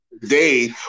today